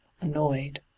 annoyed